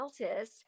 Altus